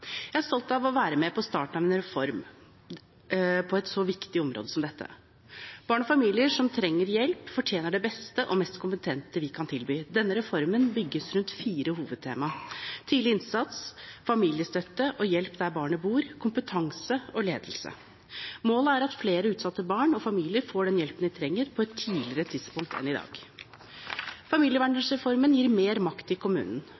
Jeg er stolt av å være med på starten av en reform på et så viktig område som dette. Barn og familier som trenger hjelp, fortjener det beste og mest kompetente vi kan tilby. Denne reformen bygges rundt fire hovedtema: tidlig innsats, familiestøtte og hjelp der barnet bor, kompetanse og ledelse. Målet er at flere utsatte barn og familier får den hjelpen de trenger, på et tidligere tidspunkt enn i dag. Barnevernsreformen gir mer makt til kommunen. Barn og familier bor alle i